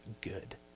good